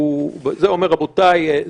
רבותיי,